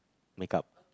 makeup